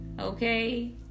Okay